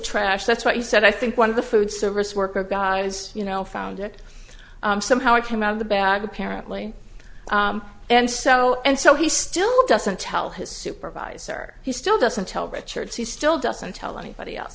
trash that's what he said i think one of the food service worker guys you know found it somehow it came out of the bag apparently and so and so he still doesn't tell his supervisor he still doesn't tell the church he still doesn't tell anybody else